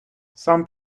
some